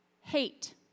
hate